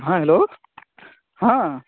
हँ हेलो हँ